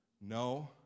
No